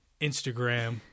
Instagram